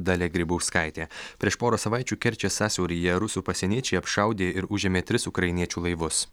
dalia grybauskaitė prieš porą savaičių kerčės sąsiauryje rusų pasieniečiai apšaudė ir užėmė tris ukrainiečių laivus